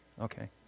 Okay